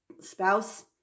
spouse